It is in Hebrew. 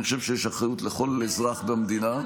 אני חושב שיש אחריות לכל אזרח במדינה,